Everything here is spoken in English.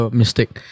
mistake